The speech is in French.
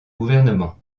gouvernement